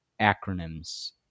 acronyms